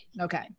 Okay